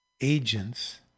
agents